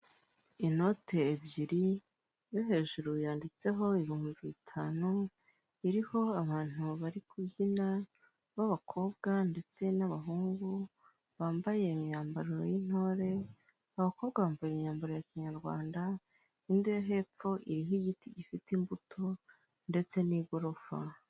Inote ebyiri yo hejuru yanditseho ibihumbi bitanu iriho abantu bari kubyina b'abakobwa ndetse n'abahungu bambaye imyambaro y'intore abakobwa bambaye imyambaro ya Kinyarwanda ind yo hepfo iriho igiti gifite imbuto ndetse n'igorofa.